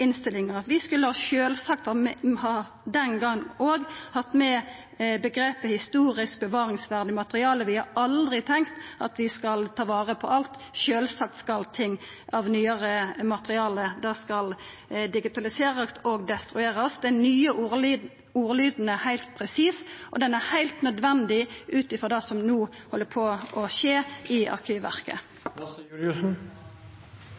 innstillinga. Vi skulle sjølvsagt den gongen òg hatt med uttrykket «historisk bevaringsverdig materiale». Vi har aldri tenkt at vi skal ta vare på alt – sjølvsagt skal nyare materiale digitaliserast og destruerast. Den nye ordlyden er heilt presis, og han er heilt nødvendig på grunn av det som no skjer i Arkivverket. Takk for den siste oppklaringen fra statsråden. Representanten Bekkevold var også inne på det i